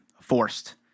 forced